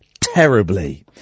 terribly